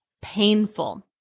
painful